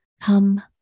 Come